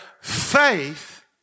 faith